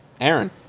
Aaron